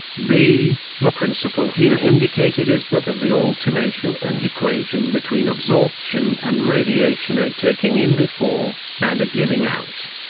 the the principle here indicated is that of the alternation and equation between absorption and radiation a taking-in before, and a giving-out.